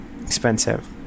expensive